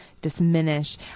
diminish